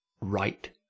right